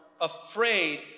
afraid